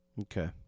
Okay